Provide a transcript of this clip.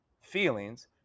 feelings